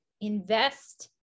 invest